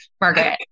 Margaret